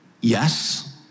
Yes